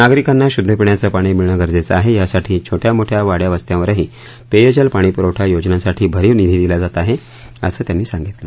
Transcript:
नागरिकांना शुध्द पिण्याचं पाणी मिळण गरजेचं आहे यासाठी छोट्या मोठ्या वाड्यावस्त्यावरही पेयजल पाणीप्रवठा योजनांसाठी भरीव निधी दिला जात आहे असं त्यांनी सांगितलं